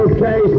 Okay